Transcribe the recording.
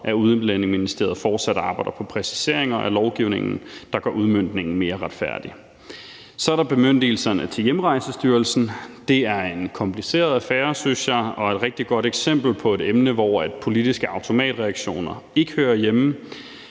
at Udlændingeministeriet fortsat arbejder på præciseringer af lovgivningen, der gør udmøntningen mere retfærdig. Så er der bemyndigelserne til Hjemrejsestyrelsen. Det er en kompliceret affære, synes jeg, og et rigtig godt eksempel på det emne, hvor politiske automatreaktioner ikke hører hjemme.